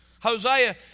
Hosea